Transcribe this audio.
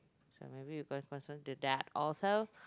so maybe you guy find out that that awesome